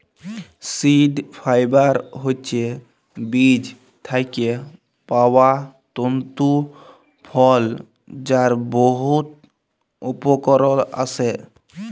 seed fibre হছে বীজ থ্যাইকে পাউয়া তল্তু ফল যার বহুত উপকরল আসে